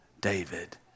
David